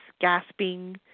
gasping